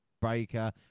Breaker